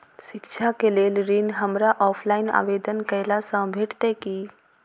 शिक्षा केँ लेल ऋण, हमरा ऑफलाइन आवेदन कैला सँ भेटतय की?